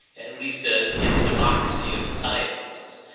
at least ah in the democracy of the scientists.